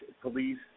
police